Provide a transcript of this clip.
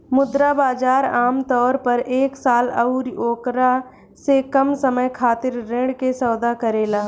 मुद्रा बाजार आमतौर पर एक साल अउरी ओकरा से कम समय खातिर ऋण के सौदा करेला